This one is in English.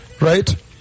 Right